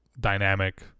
dynamic